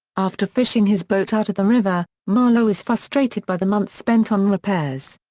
after fishing his boat out of the river, marlow is frustrated by the months spent on repairs.